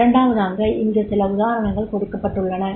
இரண்டாவதாக இங்கு சில உதாரணங்கள் கொடுக்கப்பட்டுள்ளன